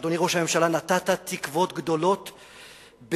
אדוני ראש הממשלה, נטעת תקוות גדולות בציבור,